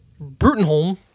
Brutenholm